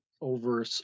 over